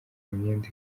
imyenda